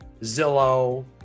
Zillow